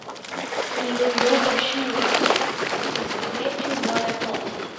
įlindau pašiūrėn kad pasislėpčiau nuo lietaus